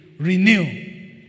Renew